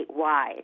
statewide